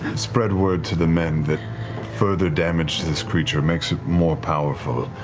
spread word to the men that further damage to this creature makes it more powerful,